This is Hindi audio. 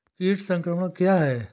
कीट संक्रमण क्या है?